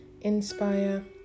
inspire